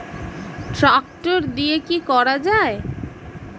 Tractor দিয়ে কি করা যায়?